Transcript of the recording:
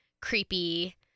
creepy